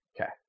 Okay